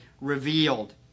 revealed